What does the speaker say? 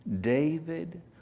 David